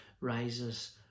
rises